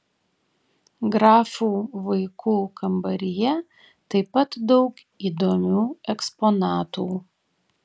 grafų vaikų kambaryje taip pat daug įdomių eksponatų